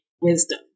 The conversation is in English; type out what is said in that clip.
wisdom